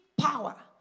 power